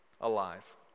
alive